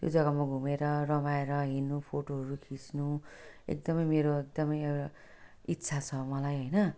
त्यो जगामा घुमेर रमाएर हिँड्नु फोटोहरू खिच्नु एकदम मेरो एकदम एउटा इच्छा छ मलाई होइन